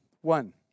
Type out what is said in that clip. One